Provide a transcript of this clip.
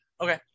Okay